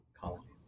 colonies